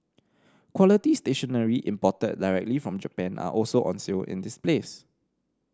quality stationery imported directly from Japan are also on sale in this place